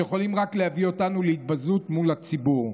שיכולים רק להביא אותנו להתבזות מול הציבור,